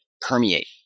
permeate